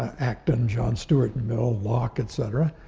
acton, john stuart mill, locke, et cetera,